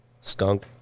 skunk